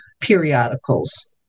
periodicals